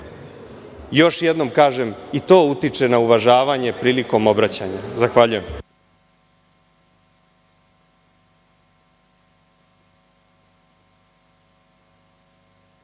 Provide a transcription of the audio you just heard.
Još jednom kažem, i to utiče na uvažavanje prilikom obraćanja. Zahvaljujem.